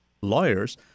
lawyers